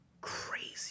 crazy